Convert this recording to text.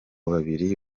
babiri